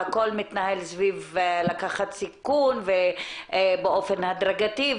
והכל מתנהל סביב לקחת סיכון באופן הדרגתי.